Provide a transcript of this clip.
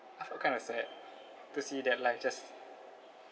I felt kind of sad to see that life just